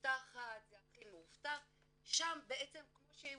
מאובטחת, זה הכי מאובטח" שם, כמו שהוא הסביר,